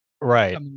Right